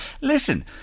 listen